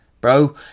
bro